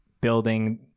building